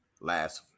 last